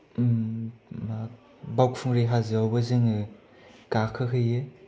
बावखुंग्रि हाजोआवबो जोङो गाखोहैयो